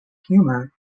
humour